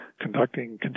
conducting